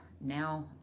now